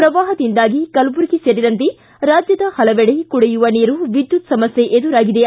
ಪ್ರವಾಪದಿಂದಾಗಿ ಕಲಬುರಗಿ ಸೇರಿದಂತೆ ರಾಜ್ಯದ ಪಲವೆಡೆ ಕುಡಿಯುವ ನೀರು ವಿದ್ಯುತ್ ಸಮಸ್ಕೆ ಎದುರಾಗಿದೆ